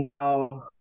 now